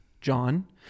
John